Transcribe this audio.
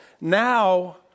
Now